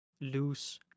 lose